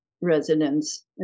residents